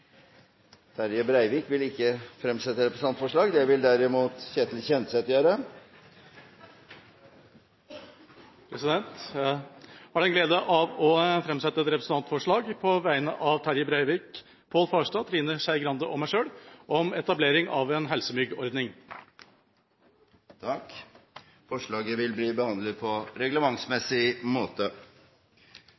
Terje Breivik, Pål Farstad, Trine Skei Grande og meg selv om etablering av en helsemyggordning. Forslaget vil bli behandlet på